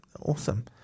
awesome